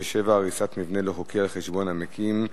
97) (הריסת מבנה לא חוקי על חשבון המקים),